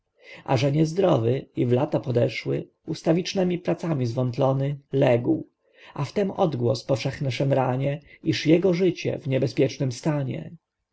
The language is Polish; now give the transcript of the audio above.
a że niezdrowy i w lata podeszły ustawicznemi pracami zwątlony legł a wtem odgłos powszechne szemranie iż jego życie w niebezpiecznym stanie